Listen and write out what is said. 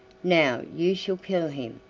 now you shall kill him,